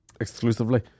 exclusively